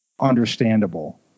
understandable